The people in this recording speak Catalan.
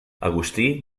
agustí